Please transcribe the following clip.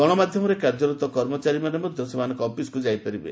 ଗଣମାଧ୍ଧମରେ କାର୍ଯ୍ୟରତ କର୍ମଚାରୀ ମଧ୍ଧ ସେମାନଙ୍କ ଅଫିସକୁ ଯାଇପାରିବେ